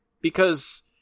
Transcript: Because-